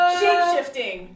shape-shifting